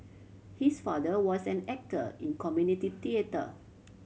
his father was an actor in community theatre